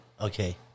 Okay